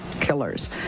killers